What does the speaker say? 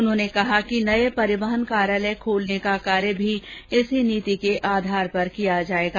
उन्होंने कहा कि नए परिवहन कार्यालय खोलने का कार्य भी इसी नीति के आधार पर किया जायेगा